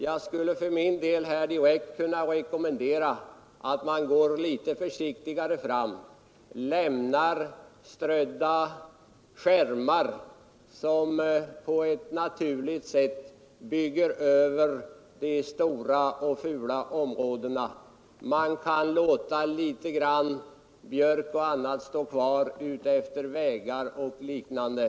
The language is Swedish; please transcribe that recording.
Jag skulle för min del vilja direkt rekommendera att man går litet försiktigare fram och lämnar kvar strödda ”skärmar”, som på ett naturligt sätt kan bygga över de stora och fula områdena. Man kan låta litet björk och andra träd vara kvar utefter vägar och liknande.